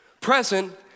present